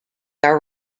are